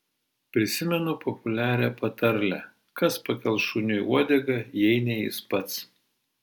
prisimenu populiarią patarlę kas pakels šuniui uodegą jei ne jis pats